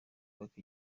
kubaka